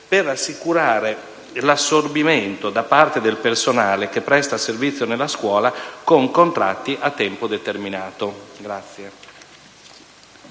per assicurare l'assorbimento di parte del personale che presta servizio nella scuola con contratti a tempo determinato.